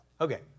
Okay